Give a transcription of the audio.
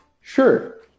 Sure